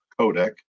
codec